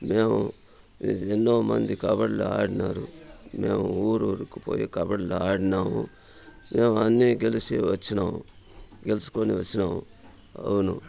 మేము ఎన్నో మంది కబడ్డీలు ఆడినారు మేము ఊరి ఊరికి పోయి కబడ్డీలు ఆడినాము మేము అన్ని గెల్చి వచ్చినాము గెల్చుకొని వచ్చినాము అవును